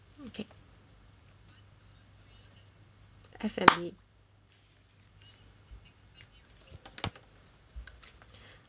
okay F&B